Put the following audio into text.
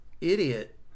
idiot